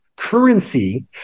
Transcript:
currency